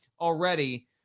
already